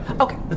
Okay